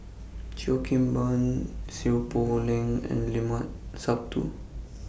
Cheo Kim Ban Seow Poh Leng and Limat Sabtu